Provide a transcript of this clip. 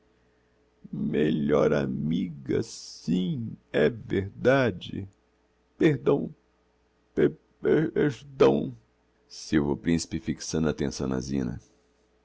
melhor amiga sim é verdade perdão pe er dão silva o principe fixando a attenção na zina